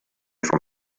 from